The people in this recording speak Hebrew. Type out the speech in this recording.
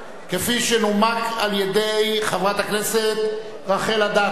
כפי שנומקה על-ידי חברת הכנסת רחל אדטו.